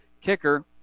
kicker